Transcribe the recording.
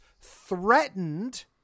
threatened